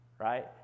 Right